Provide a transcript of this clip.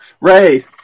Ray